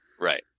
Right